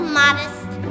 modest